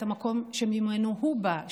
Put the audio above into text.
את המקום שממנו היא באה,